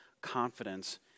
confidence